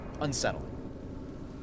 unsettling